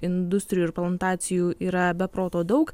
industrijų ir plantacijų yra be proto daug